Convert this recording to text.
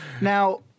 Now